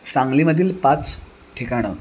सांगलीमधील पाच ठिकाणं